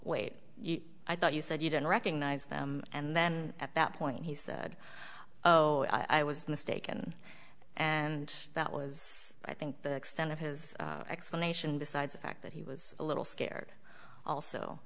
wait i thought you said you don't recognize them and then at that point he said oh i was mistaken and that was i think the extent of his explanation besides fact that he was a little scared also